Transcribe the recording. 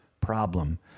problem